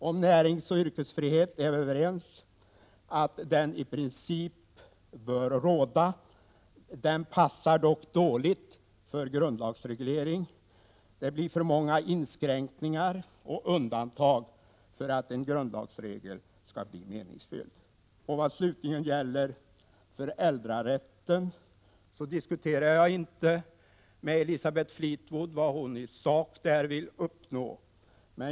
Vi är överens om att näringsoch yrkesfrihet i princip bör råda. Den frågan är det olämpligt att grundlagsreglera. Det skulle bli för många inskränkningar och undantag, och det vore inte meningsfullt. Vad slutligen gäller frågan om föräldrarätten skall jag inte diskutera med Elisabeth Fleetwood om vad hon i sak vill uppnå.